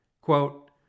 Quote